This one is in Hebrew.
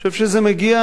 אני חושב שזה מגיע,